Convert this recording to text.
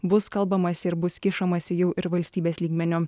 bus kalbamasi ir bus kišamasi jau ir valstybės lygmeniu